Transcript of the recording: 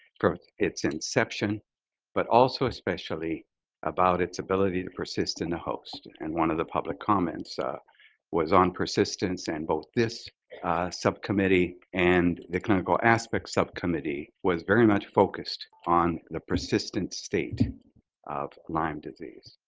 from its its inception but also especially about its ability to persists in the host. and one of the public comments ah was on persistence and both this subcommittee and the clinical aspects subcommittee was very much focused on the persistence state of lyme disease.